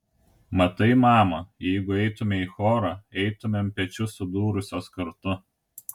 matai mama jeigu eitumei į chorą eitumėm pečius sudūrusios kartu